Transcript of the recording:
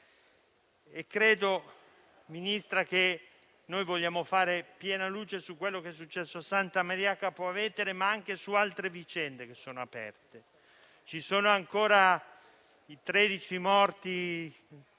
Signora Ministra, vogliamo fare piena luce su quello che è successo a Santa Maria Capua Vetere, ma anche su altre vicende che sono aperte e penso ai 13 morti